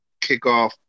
kickoff